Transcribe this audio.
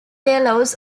delos